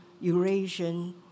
Eurasian